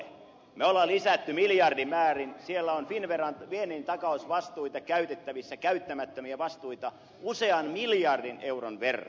me olemme lisänneet miljardimäärin siellä on finnveran viennin takausvastuita käytettävissä käyttämättömiä vastuita usean miljardin euron verran